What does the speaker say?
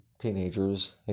teenagers